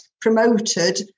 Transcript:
promoted